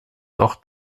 doch